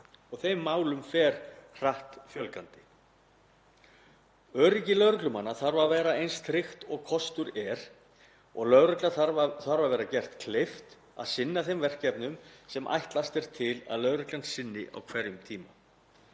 Þeim málum fer hratt fjölgandi. Öryggi lögreglumanna þarf að vera eins tryggt og kostur er og gera þarf lögreglu kleift að sinna þeim verkefnum sem ætlast er til að lögreglan sinni á hverjum tíma.